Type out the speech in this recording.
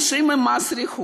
אם לא הייתי,